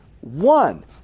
one